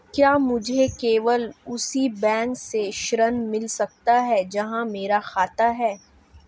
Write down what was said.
क्या मुझे केवल उसी बैंक से ऋण मिल सकता है जहां मेरा खाता है?